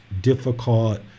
difficult